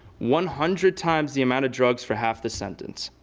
one hundred times the amount of drugs for half the sentence.